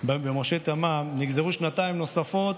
במשה תמם, נגזרו שנתיים נוספות,